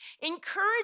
Encourage